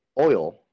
oil